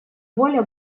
воля